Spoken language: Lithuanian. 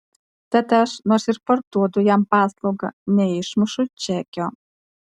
tad aš nors ir parduodu jam paslaugą neišmušu čekio